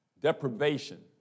deprivation